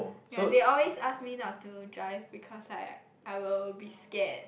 ya they always ask me not to drive because I I will be scared